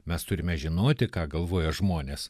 mes turime žinoti ką galvoja žmonės